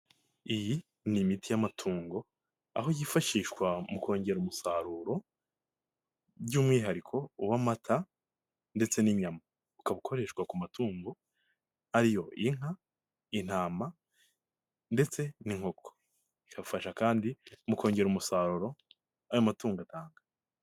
Iyi ni imiti y'amatungo aho yifashishwa mu kongera umusaruro, by'umwihariko uw'amata ndetse n'inyama, ukaba ukoreshwa ku matungo ariyo: inka, intama ndetse n'inkoko, ikabagafasha kandi mu kongera umusaruro ayo matungo atanga.